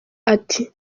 ati